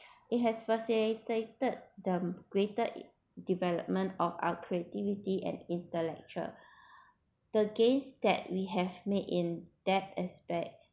it has facilitated the greater development of our creativity and intellectual the gain that we have made in that aspect